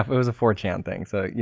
um it was a four chan thing. so, you